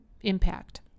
impact